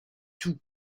tout